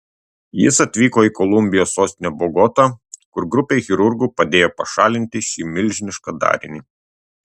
jis atvyko į kolumbijos sostinę bogotą kur grupei chirurgų padėjo pašalinti šį milžinišką darinį